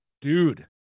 dude